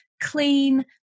clean